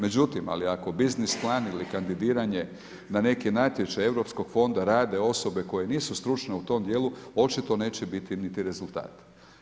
Međutim, ali ako biznis plan ili kandidiranje na neki natječaj europskog fonda rade osobe koje nisu stručne u tom dijelu, očito neće biti niti rezultata.